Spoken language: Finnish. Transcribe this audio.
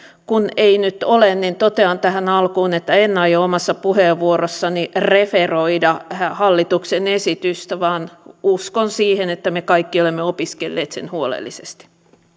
kun ei nyt ole niin totean tähän alkuun että en aio omassa puheenvuorossani referoida hallituksen esitystä vaan uskon siihen että me kaikki olemme opiskelleet sen huolellisesti